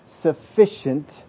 sufficient